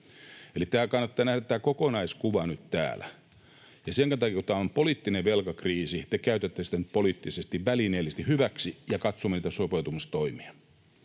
Eli teidän kannattaa nähdä kokonaiskuva nyt täällä. Ja sen takia, kun tämä on poliittinen velkakriisi, te käytätte sitä poliittisesti välineellisesti hyväksi ja katsomme näitä sopeutumistoimia.